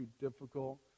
difficult